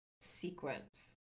sequence